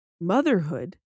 motherhood